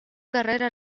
carrera